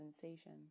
sensation